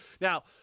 Now